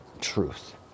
truth